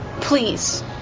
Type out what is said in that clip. please